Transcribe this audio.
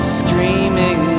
screaming